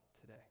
today